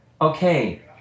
okay